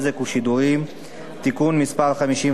(תיקון מס' 54) (עיצומים כספיים),